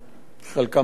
חלקם דיברו כאן,